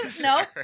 no